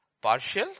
partial